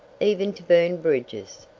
even to burn bridges.